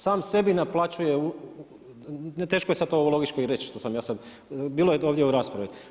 Sam sebi naplaćuje, teško je to logički reći, što sam ja sad, bilo je ovdje u raspravi.